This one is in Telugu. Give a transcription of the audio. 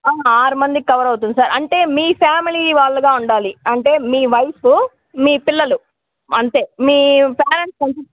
ఆరుమందికి కవర్ అవుతుంది సార్ అంటే మీ ఫ్యామిలీ వాళ్ళగా ఉండాలి అంటే మీ వైఫ్ మీ పిల్లలు అంతే మీ పేరెంట్స్